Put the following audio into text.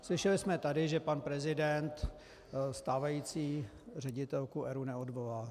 Slyšeli jsme tady, že pan prezident stávající ředitelku ERÚ neodvolá.